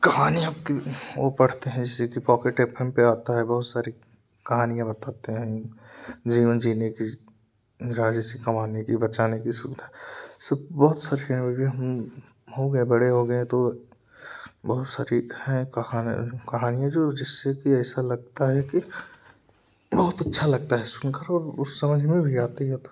कहानी आपकी वो पढ़ते है जैसे कि पॉकेट ऍफ़ एम पर आता है बहुत सारी कहानियाँ बताते हैं जीवन जीने की राजस्व कमाने की बचाने की सुविधा सु बहुत हम हो गए बड़े हो गए हैं तो बहुत सारी हैं कहा कहानियाँ जो जिससे की ऐसा लगता लगता है कि बहुत अच्छा लगता है सुनकर और वो समझ में भी आती है